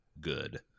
good